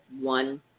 one